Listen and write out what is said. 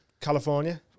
California